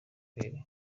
kweli